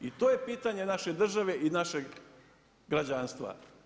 I to je pitanje naše države i našeg građanstva.